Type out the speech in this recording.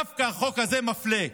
דווקא החוק הזה מפלה,